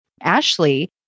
Ashley